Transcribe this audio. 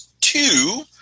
two